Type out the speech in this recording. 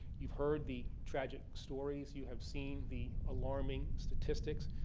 you've heard the tragic stories. you have seen the alarming statistics.